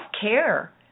care